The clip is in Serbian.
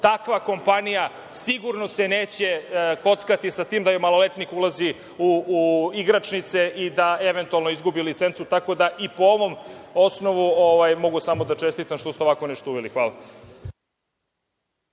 Takva kompanija sigurno se neće kockati sa tim da joj maloletnik ulazi u igračnice i da eventualno izgubi licencu, tako da i po ovom osnovu mogu samo da čestitam što ste ovako nešto uveli. Hvala.